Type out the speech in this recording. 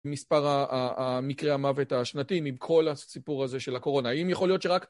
מספר ה... ה... מקרי המוות השנתי, עם כל הסיפור הזה של הקורונה. האם יכול להיות שרק...